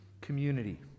community